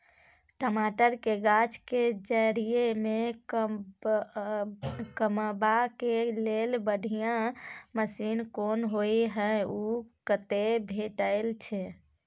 टमाटर के गाछ के जईर में कमबा के लेल बढ़िया मसीन कोन होय है उ कतय भेटय छै?